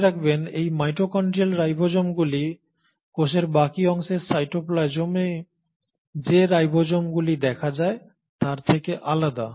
মনে রাখবেন এই মাইটোকন্ড্রিয়াল রাইবোসোমগুলি কোষের বাকী অংশের সাইটোপ্লাজমে যে রাইবোসোমগুলি দেখা যায় তার থেকে আলাদা